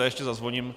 Ještě zazvoním.